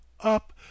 up